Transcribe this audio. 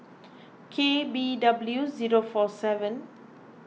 K B W zero four seven